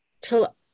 till